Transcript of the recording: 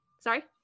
sorry